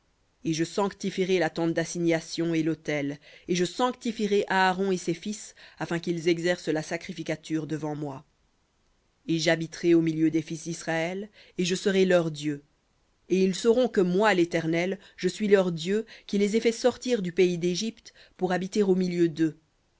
et je sanctifierai la tente d'assignation et l'autel et je sanctifierai aaron et ses fils afin qu'ils exercent la sacrificature devant moi et j'habiterai au milieu des fils d'israël et je leur serai dieu et ils sauront que moi l'éternel je suis leur dieu qui les ai fait sortir du pays d'égypte pour habiter au milieu d'eux